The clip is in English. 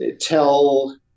tell